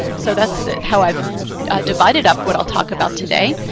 so that's how i've divided up what i'll talk about today.